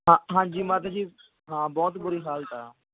ਹਾਂ ਹਾਂਜੀ ਮਾਤਾ ਜੀ ਹਾਂ ਬਹੁਤ ਬੁਰੀ ਹਾਲਤ ਆ